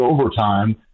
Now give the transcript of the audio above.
overtime